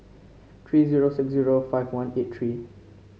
three zero six zero five one eight three